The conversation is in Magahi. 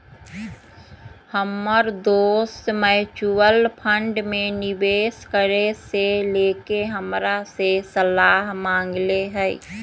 हमर दोस म्यूच्यूअल फंड में निवेश करे से लेके हमरा से सलाह मांगलय ह